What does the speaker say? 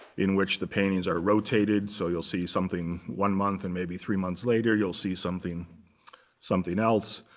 in which the paintings are rotated. so you'll see something one month and maybe three months later, you'll see something something else.